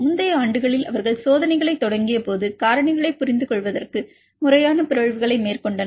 முந்தைய ஆண்டுகளில் அவர்கள் சோதனைகளைத் தொடங்கியபோது காரணிகளைப் புரிந்துகொள்வதற்கு முறையாக பிறழ்வுகளை மேற்கொண்டனர்